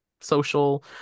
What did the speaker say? social